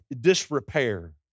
disrepair